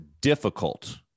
difficult